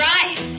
Right